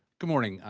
good morning.